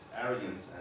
arrogance